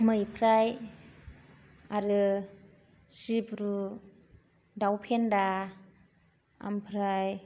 मैफ्राय आरो सिब्रु दाउफेन्दा ओमफ्राय